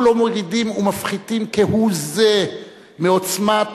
אנחנו לא מורידים ומפחיתים כהוא-זה מעוצמת